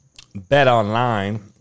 BetOnline